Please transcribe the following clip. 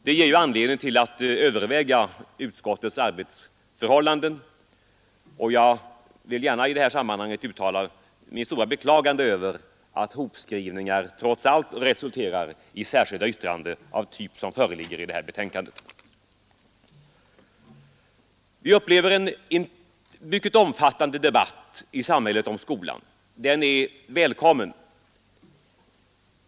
Det ger anledning att överväga utskottets arbetsförhållanden, och jag vill gärna i det här sammanhanget uttala mitt störa beklagande över att hopskrivningar trots allt resulterar i särskilda yttranden av den typ som föreligger i det här betänkandet. Vi upplever en mycket omfattande debatt i samhället om skolan. Den är välkommen.